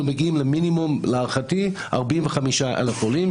אנחנו מגיעים למינימום להערכתי 45,000 עולים,